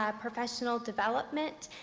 ah professional development,